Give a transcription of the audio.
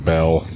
Bell